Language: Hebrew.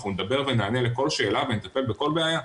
אנחנו נדבר ונענה לכל שאלה ונטפל בכל בעיה.